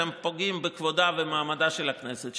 אתם פוגעים בכבודה ובמעמדה של הכנסת,